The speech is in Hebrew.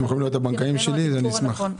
בכל אופן,